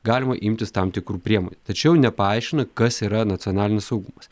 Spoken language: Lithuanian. galima imtis tam tikrų priemonių tačiau nepaaiškina kas yra nacionalinis saugumas